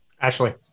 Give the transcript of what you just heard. Ashley